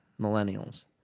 Millennials